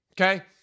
Okay